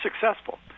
successful